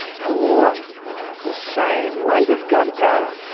or the same weight of gunpowder?